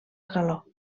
galó